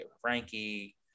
Frankie